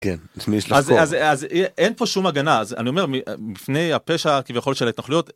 כן אז אין פה שום הגנה אז אני אומר מפני הפשע כביכול של ההתנחלויות.